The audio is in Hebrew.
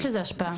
יש לזה השפעה.